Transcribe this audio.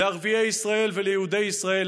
לערביי ישראל וליהודי ישראל,